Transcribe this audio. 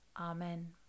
Amen